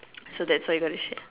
so that's what you got to share